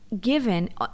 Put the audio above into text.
given